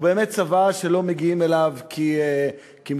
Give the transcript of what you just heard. הוא באמת צבא שלא מגיעים אליו כי מתנדבים,